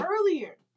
earlier